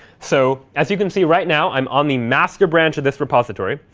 so as you can see, right now, i'm on the master branch of this repository.